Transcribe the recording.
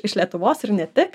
iš lietuvos ir ne tik